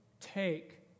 take